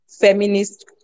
feminist